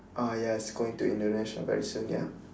ah yes going to Indonesia very soon ya